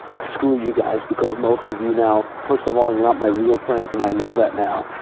screw you guys. because most of you now, first of all, you're not my real friends and i know that now.